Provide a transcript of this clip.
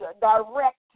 direct